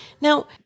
Now